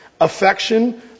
Affection